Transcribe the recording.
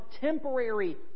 temporary